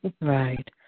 Right